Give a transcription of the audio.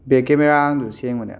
bag ꯀꯦꯃꯦꯔꯥꯒꯗꯨ ꯁꯦꯡꯕꯅꯦ